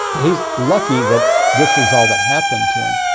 he is lucky that this is all that happened to him.